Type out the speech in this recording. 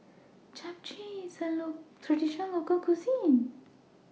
Japchae IS A Traditional Local Cuisine